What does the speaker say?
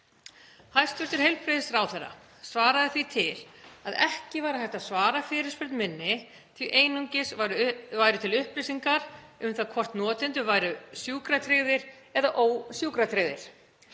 Hæstv. heilbrigðisráðherra svaraði því til að ekki væri hægt að svara fyrirspurn minni því að einungis væru til upplýsingar um það hvort notendur væru sjúkratryggðir eða ósjúkratryggðir.